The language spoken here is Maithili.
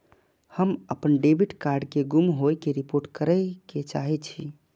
हम अपन डेबिट कार्ड के गुम होय के रिपोर्ट करे के चाहि छी